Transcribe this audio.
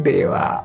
Deva